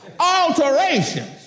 Alterations